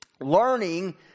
Learning